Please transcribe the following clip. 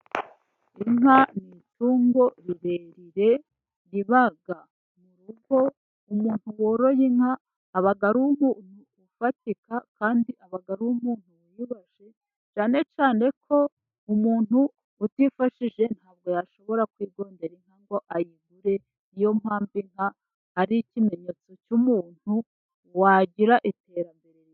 Inka ni itungo rirerire riba mu rugo, umuntu woroye inka aba ari umuntu ufatika, kandi aba ari umuntu wiyubashye, cyane cyane ko umuntu utifashije ntabwo yashobora kwigondera inka ngo ayigure, ni yo mpamvuka ari ikimenyetso cy'umuntu wagira iterambere.